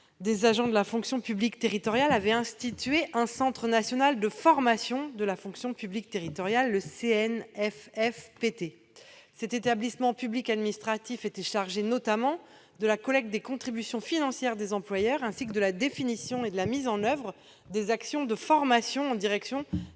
des agents de la fonction publique territoriale avait institué le Centre national de formation de la fonction publique territoriale, le CNFFPT. Cet établissement public administratif était notamment chargé de la collecte des contributions financières des employeurs, ainsi que de la définition et de la mise en oeuvre des actions de formation en direction